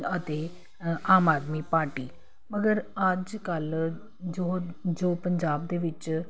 ਅਤੇ ਆਮ ਆਦਮੀ ਪਾਰਟੀ ਮਗਰ ਅੱਜ ਕੱਲ੍ਹ ਜੋ ਜੋ ਪੰਜਾਬ ਦੇ ਵਿੱਚ